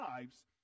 lives